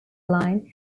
line